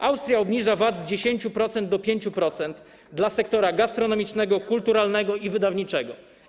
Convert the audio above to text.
Austria obniża VAT z 10% do 5% dla sektora gastronomicznego, kulturalnego i wydawniczego.